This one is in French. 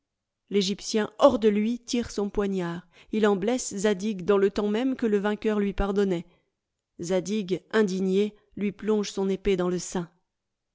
l'egyptien hors de lui tire son poignard il en blesse zadig dans le temps même que le vainqueur lui pardonnait zadig indigné lui plonge son épée dans le sein